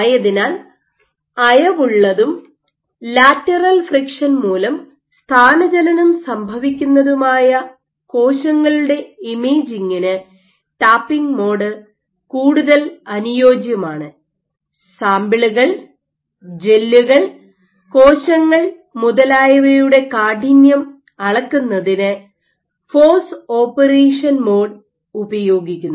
അതിനാൽ അയവുള്ളതും lateral friction മൂലം സ്ഥാനചലനം സംഭവിക്കുന്നതുമായ കോശങ്ങളുടെ ഇമേജിങ്ങിന് ടാപ്പിംഗ് മോഡ് കൂടുതൽ അനുയോജ്യമാണ് സാമ്പിളുകൾ ജെല്ലുകൾ കോശങ്ങൾ മുതലായവയുടെ കാഠിന്യം അളക്കുന്നതിന് ഫോഴ്സ് ഓപ്പറേഷൻ മോഡ് ഉപയോഗിക്കുന്നു